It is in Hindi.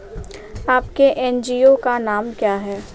आपके एन.जी.ओ का नाम क्या है?